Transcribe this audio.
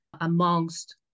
amongst